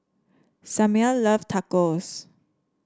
Samir love Tacos